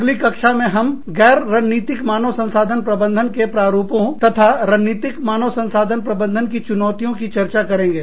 अगली कक्षा में हम गैर रणनीतिक मानव संसाधन प्रबंधन के प्रारूपों तथा रणनीतिक मानव संसाधन प्रबंधन की चुनौतियों की चर्चा करेंगे